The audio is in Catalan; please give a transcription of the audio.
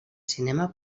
cinema